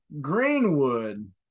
Greenwood